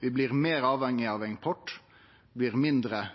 Vi blir meir avhengige av import, og det blir mindre